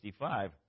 1965